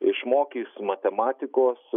išmokys matematikos